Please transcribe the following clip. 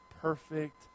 perfect